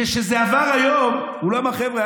כשזה עבר היום הוא לא אמר: חבר'ה,